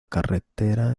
carretera